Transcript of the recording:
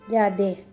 ꯌꯥꯗꯦ